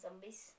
Zombies